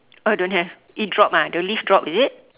oh you don't have it dropped ah the leaf dropped is it